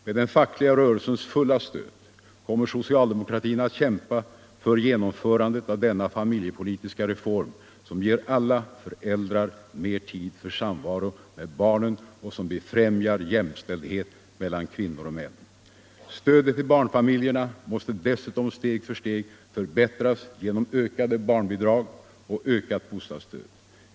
Med den fackliga rörelsens fulla stöd kommer socialdemokratin att kämpa för genomförandet av denna familjepolitiska reform, som ger alla föräldrar mer tid för samvaro med barnen och som befrämjar jämställdheten meilan kvinnor och män. Stödet till barnfamiljerna måste dessutom steg för steg förbätltras genom ökade barnbidrag och ökat bostadsstöd.